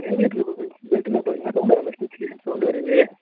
radiator பெல் பெல்ட்டில் பார்த்தீங்கன்னா சவுண்டு வரமாதிரி கீச் கீச் சவுண்டு வருது